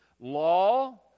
Law